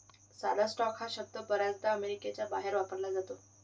साधा स्टॉक हा शब्द बर्याचदा अमेरिकेच्या बाहेर वापरला जातो